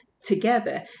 together